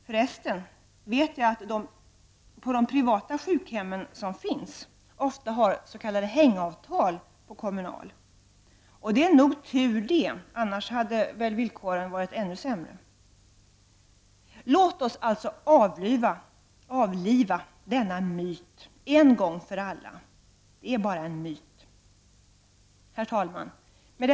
Jag vet för resten att man på de privata sjukhem som finns ofta har hängavtal till Kommunals avtal. Och det är nog tur, för annars hade väl villkoren varit ännu sämre. Låt oss alltså avliva den myt som här finns en gång för alla, för det är ändå bara en myt.